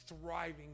thriving